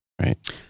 Right